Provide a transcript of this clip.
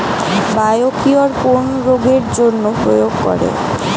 Biocure কোন রোগেরজন্য প্রয়োগ করে?